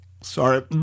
sorry